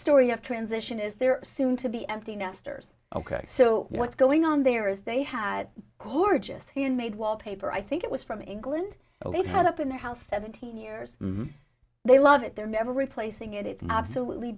story of transition is there soon to be empty nesters ok so what's going on there is they had core just handmade wallpaper i think it was from england they had up in the house seventeen years they love it they're never replacing it it's absolutely